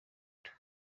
nda